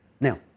Now